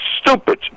stupid